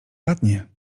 ładnie